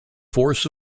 force